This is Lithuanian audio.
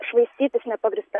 švaistytis nepagrįsta